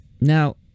Now